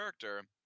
character